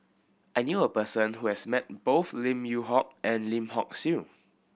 I knew a person who has met both Lim Yew Hock and Lim Hock Siew